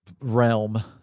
realm